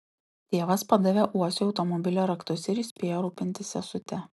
tėvas padavė uosiui automobilio raktus ir įspėjo rūpintis sesute